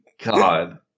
God